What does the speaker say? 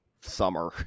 summer